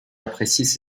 appréciaient